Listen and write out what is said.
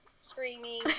Screaming